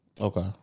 Okay